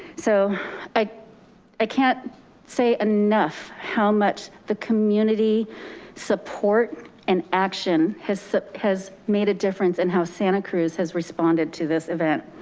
so i i can't say enough how much the community support and action has has made a difference in how santa cruz has responded to this event.